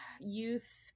Youth